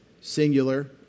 singular